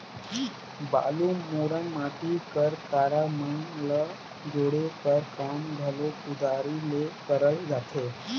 बालू, मुरूम, माटी कर गारा मन ल जोड़े कर काम घलो कुदारी ले करल जाथे